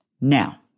Now